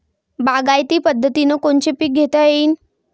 बागायती पद्धतीनं कोनचे पीक घेता येईन?